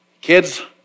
Kids